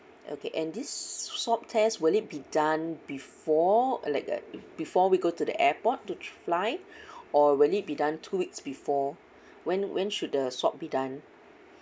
okay and this swab test will it be done before uh like uh before we go to the airport to fly or will it be done two weeks before when when should the swab be done